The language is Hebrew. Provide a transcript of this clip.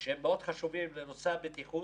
לפחות שהם מאוד חשובים בנושא הבטיחות